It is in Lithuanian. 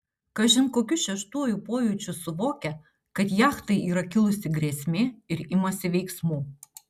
kažin kokiu šeštuoju pojūčiu suvokia kad jachtai yra kilusi grėsmė ir imasi veiksmų